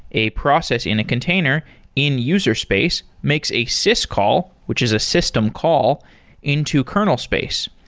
a process in a container in user space makes a syscall, which is a system call into kernel space.